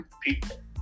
People